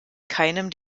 keinem